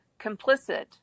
complicit